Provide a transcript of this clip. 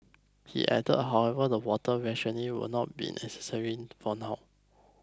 he added however that water rationing will not be necessary for now